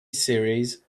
series